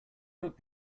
look